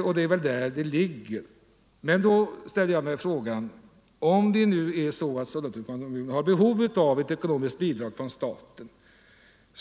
Och det är väl detta som saken gäller. Men om nu Sollentuna kommun har behov av ett ekonomiskt bidrag från staten,